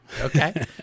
Okay